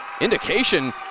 indication